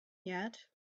yet